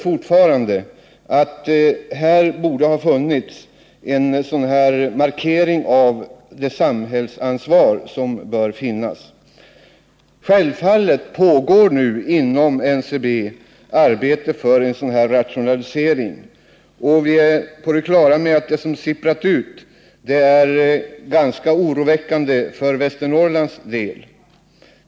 Vi vidhåller att man skulle ha gjort en sådan markering av det samhällsansvar som bör finnas. Självfallet pågår det inom NCB arbete för en sådan här rationalisering. Vi är på det klara med att det som sipprat ut är ganska oroväckande för Västernorrlands del.